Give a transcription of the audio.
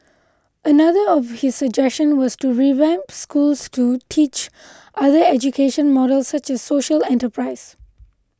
another of his suggestion was to revamp schools to teach other education models such as social enterprise